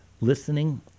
listening